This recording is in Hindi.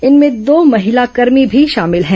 इनमें दो महिलाकर्मी भी शामिल हैं